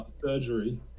surgery